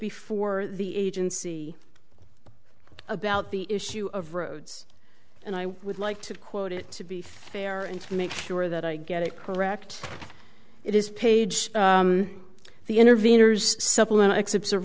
before the agency about the issue of rhodes and i would like to quote it to be fair and to make sure that i get it correct it is page the interveners supplement excerpts of